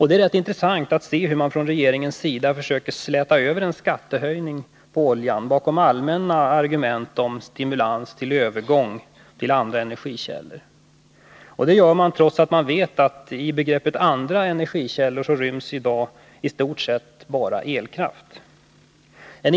Det är intressant att se hur regeringen försöker släta över en skattehöjning på oljan med allmänna argument om stimulans till övergång till andra energikällor, trots att den vet att i begreppet andra energikällor ryms i dag i stort sett bara elkraften.